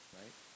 right